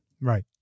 Right